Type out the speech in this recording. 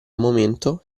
momento